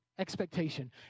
expectation